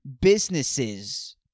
businesses